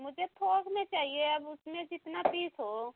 मुझे थोक में चाहिए अब उसमें जितना पीस हो